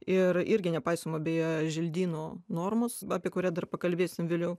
ir irgi nepaisoma beje želdynų normos apie kurią dar pakalbėsim vėliau